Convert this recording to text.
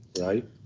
Right